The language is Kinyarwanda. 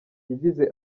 yagize